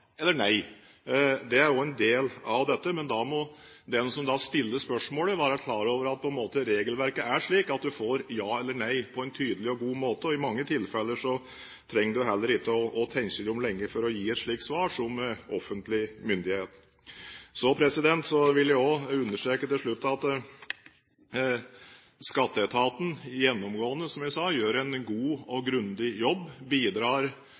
tilfeller, der regelverket er klart og tydelig, kan man si ja eller nei. Det er også en del av dette, men da må den som stiller spørsmålet, være klar over at regelverket er slik at en får ja eller nei på en tydelig og god måte. I mange tilfeller trenger man heller ikke å tenke seg om lenge for å gi et slikt svar som offentlig myndighet. Så vil jeg til slutt understreke at Skatteetaten gjennomgående – som jeg sa – gjøre en god og grundig jobb, og bidrar